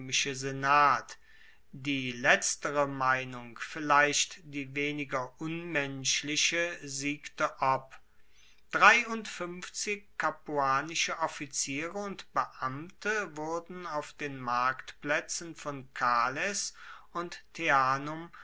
senat die letztere meinung vielleicht die weniger unmenschliche siegte ob dreiundfuenfzig capuanische offiziere und beamte wurden auf den marktplaetzen von cales und